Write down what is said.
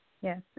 yes